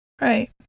right